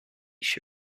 she